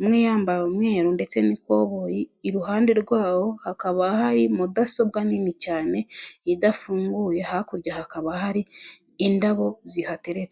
umwe yambaye umweru ndetse n'ikoboyi, iruhande rwabo hakaba hari mudasobwa nini cyane idafunguye, hakurya hakaba hari indabo zihateretse.